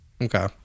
Okay